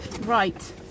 Right